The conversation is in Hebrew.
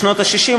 בשנות ה-60,